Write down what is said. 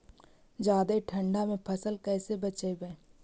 जादे ठंडा से फसल कैसे बचइबै?